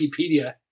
Wikipedia